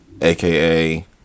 AKA